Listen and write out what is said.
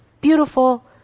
beautiful